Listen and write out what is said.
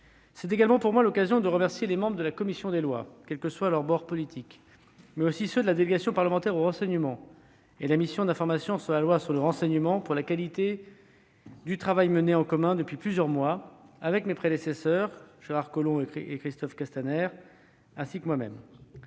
C'est également pour moi l'occasion de remercier les membres de la commission des lois, quelle que soit leur appartenance politique, mais aussi ceux de la délégation parlementaire au renseignement et de la mission d'information commune sur l'évaluation de la loi relative au renseignement, de la qualité du travail mené en commun depuis plusieurs mois avec mes prédécesseurs Gérard Collomb et Christophe Castaner, et avec moi-même.